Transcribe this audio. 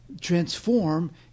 Transform